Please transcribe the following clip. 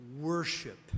Worship